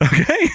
Okay